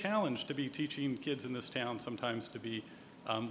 challenge to be teaching kids in this town sometimes to be